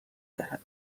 دهد